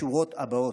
בשורות הבאות: